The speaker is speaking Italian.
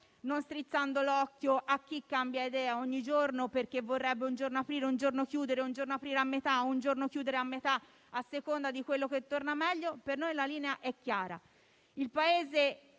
non strizzando l'occhio a chi cambia idea ogni giorno. C'è infatti chi vorrebbe un giorno aprire, un giorno chiudere, un giorno aprire a metà o chiudere a metà, a seconda di quello che torna meglio. Per noi la linea è chiara: il Paese